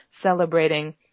celebrating